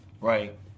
Right